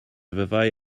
fyddai